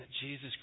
Jesus